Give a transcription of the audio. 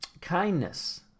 Kindness